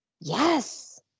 Yes